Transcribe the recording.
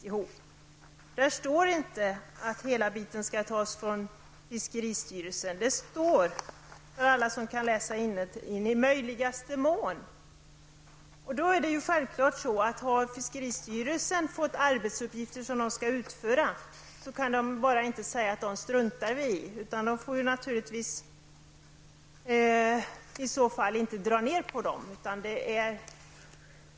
Det står inte att hela biten skall tas från fiskeristyrelsen, utan det står -- för alla som kan läsa innantill -- ''i möjligaste mån''. Det är självklart att om fiskeristyrelsen har fått arbetsuppgifter att utföra, kan man inte bara strunta i dem. I så fall får man inte göra några neddragningar.